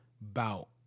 bout